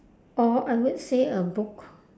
or I would say a book